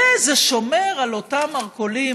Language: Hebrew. וזה שומר על אותם מרכולים,